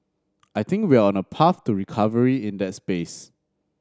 I think we're on a path to recovery in that space